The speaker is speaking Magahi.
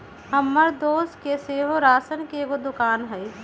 हमर दोस के सेहो राशन के एगो दोकान हइ